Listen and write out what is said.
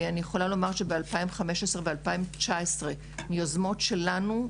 אני יכולה לומר שב-2015 וב-2019 ביוזמות שלנו,